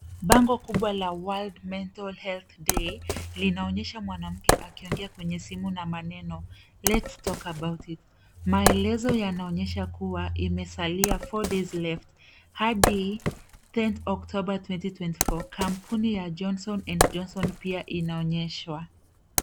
Bango kubwa la world mental health day linaonyesha mwanamke akiongea kwenye simu na maneno let's talk about it . Maelezo yanaonyesha kuwa imesalia 4 days left hadi 10th October 2024 . Kampuni ya Johnson and Johnson pia inaonyeshwa.